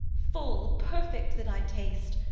full, perfect, that i taste,